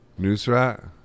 Newsrat